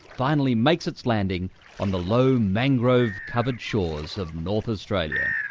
finally makes its landing on the low mangrove covered shores of north australia.